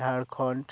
Jharkhand